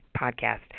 podcast